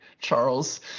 charles